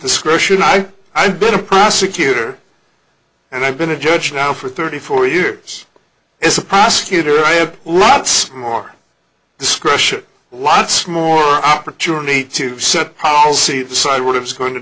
discretion i i've been a prosecutor and i've been a judge now for thirty four years as a prosecutor i have lots more discretion lots more opportunity to set policy decide what it's going to